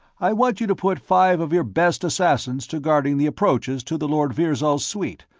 i want you to put five of your best assassins to guarding the approaches to the lord virzal's suite,